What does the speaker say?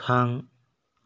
थां